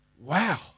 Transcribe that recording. wow